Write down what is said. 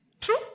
True